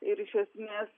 ir iš esmės